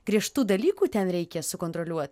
griežtų dalykų ten reikia sukontroliuot